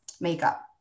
makeup